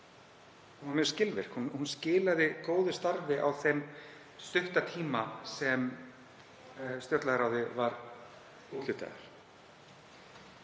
hún var mjög skilvirk, hún skilaði góðu starfi á þeim stutta tíma sem stjórnlagaráði var úthlutaður.